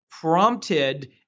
prompted